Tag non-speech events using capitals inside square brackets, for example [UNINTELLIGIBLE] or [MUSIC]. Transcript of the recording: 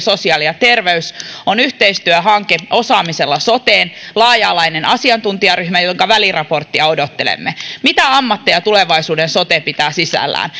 [UNINTELLIGIBLE] sosiaali ja terveysministeriöllä on yhteistyöhanke osaamisella soteen laaja alainen asiantuntijaryhmä jonka väliraporttia odottelemme mitä ammatteja tulevaisuuden sote pitää sisällään [UNINTELLIGIBLE]